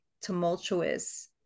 tumultuous